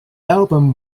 album